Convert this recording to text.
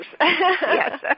Yes